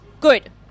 good